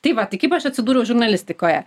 tai va tai kaip aš atsidūriau žurnalistikoje